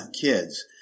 kids